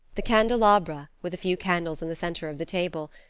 the candelabra, with a few candles in the center of the table,